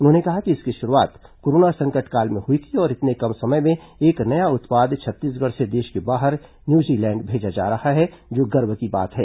उन्होंने कहा कि इसकी शुरूआत कोरोना संकट काल में हुई थी और इतने कम समय में एक नया उत्पाद छत्तीसगढ़ से देश के बाहर न्यूजीलैंड भेजा जा रहा है जो गर्व की बात है